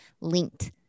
linked